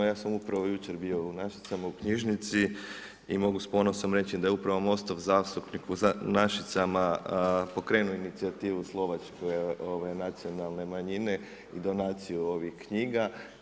Ja sam upravo jučer bio u Našicama u knjižnici i mogu s ponosom reći da je upravo MOST-ov zastupnik u Našicama pokrenuo inicijativu Slovačke nacionalne manjine i donaciju ovih knjiga.